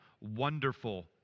Wonderful